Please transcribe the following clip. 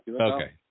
Okay